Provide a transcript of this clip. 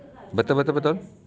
betul betul betul